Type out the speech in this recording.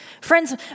Friends